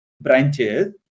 branches